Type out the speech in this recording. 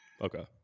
Okay